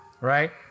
Right